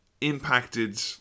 impacted